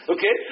Okay